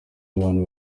abantu